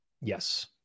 Yes